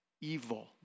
evil